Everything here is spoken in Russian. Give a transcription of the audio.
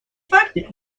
факты